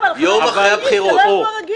אבל עו"ד קמיניץ, זה לא אירוע רגיל.